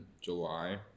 July